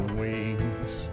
wings